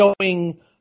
showing